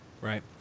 Right